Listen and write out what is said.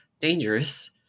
dangerous